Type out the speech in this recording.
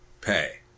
pay